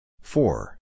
Four